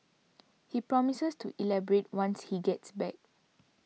he promises to elaborate once he gets back